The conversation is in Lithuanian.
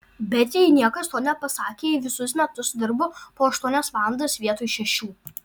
bet jai niekas to nepasakė ji visus metus dirbo po aštuonias valandas vietoj šešių